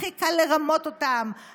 הכי קל לרמות אותם,